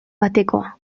batekoa